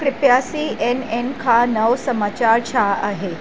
कृपया C N N खां नओं समाचार छा आहे